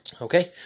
Okay